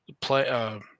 play